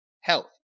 health